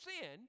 sin